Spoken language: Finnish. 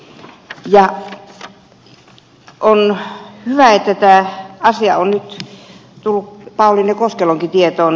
on hyvä että tämä asia on nyt tullut pauliine koskelonkin tietoon